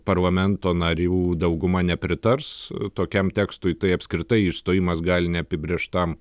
parlamento narių dauguma nepritars tokiam tekstui tai apskritai išstojimas gali neapibrėžtam